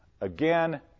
again